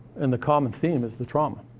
and the common theme is the trauma.